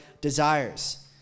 desires